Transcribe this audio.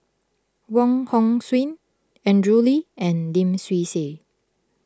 Wong Hong Suen Andrew Lee and Lim Swee Say